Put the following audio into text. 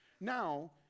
Now